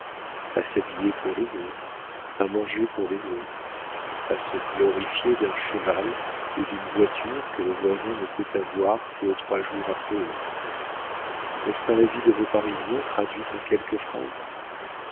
s'habiller pour les autres à manger pour les autres à se glorifier d'un cheval ou d'une voiture que le voisin ne peut avoir que trois jours après eux n'est-ce pas la vie de vos parisiens traduite en quelques phrases